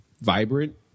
vibrant